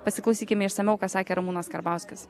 pasiklausykime išsamiau ką sakė ramūnas karbauskis